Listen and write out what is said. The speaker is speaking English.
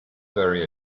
very